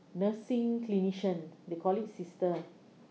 nursing clinician they call it sister